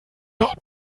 hat